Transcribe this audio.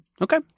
Okay